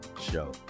show